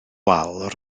wal